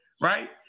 right